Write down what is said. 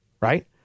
right